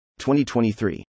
2023